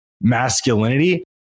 masculinity